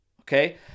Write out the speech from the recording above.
okay